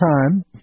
time